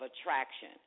attraction